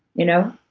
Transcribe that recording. you know?